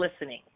listening